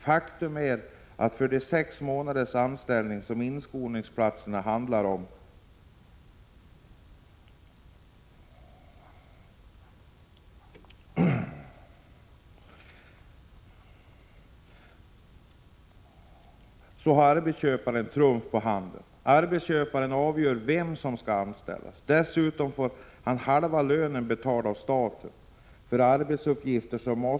Faktum är att för den sexmånaders anställning som inskolningsplatserna handlar om har arbetsköparen trumf på hand. Arbetsköparen avgör vem som skall anställas. Dessutom får han halva lönen betald av staten för arbetsuppgifter som ändå — Prot.